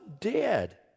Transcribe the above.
dead